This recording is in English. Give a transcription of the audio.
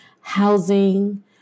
housing